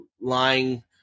lying